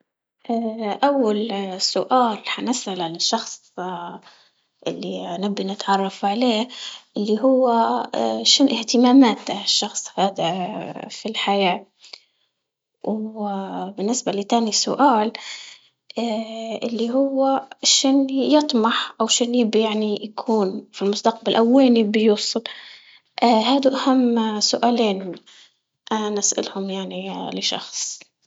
أول سؤال حنسأله لشخص اللي نبي نتعرف عليه اللي هو شن اهتماماته الشخص هادا في الحياة؟ وبالنسبة لتاني سؤال اللي هو شن يطمح شن اللي يبي يعني يكون في المستقبل؟ أو وين يبي يوصل؟ هادا أهم سؤالين أنا اسألهم يعني لشخص.